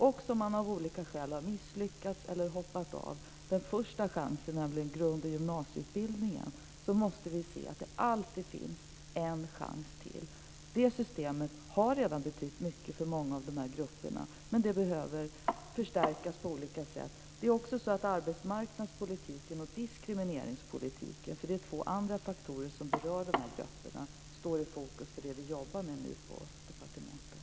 Också om man av olika skäl har misslyckats med eller hoppat av den första chansen, nämligen grundskole och gymnasieutbildningen, måste vi se till att det alltid finns en chans till. Det systemet har redan betytt mycket för många av de här grupperna, men det behöver förstärkas på olika sätt. Arbetsmarknads och diskrimineringspolitiken, två andra faktorer som berör de här grupperna, står också i fokus för det vi nu jobbar med på departementet.